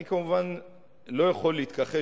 אני כמובן לא יכול להתכחש,